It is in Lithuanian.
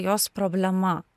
jos problema